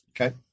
okay